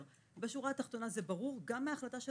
בשורה התחתונה זה ברור גם מההחלטה של